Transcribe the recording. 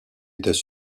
étaient